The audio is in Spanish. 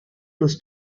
los